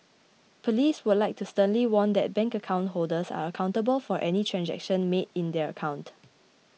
police would like to sternly warn that bank account holders are accountable for any transaction made in their account